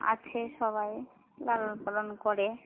আছে সবাই লালন পালন করে